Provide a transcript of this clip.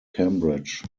cambridge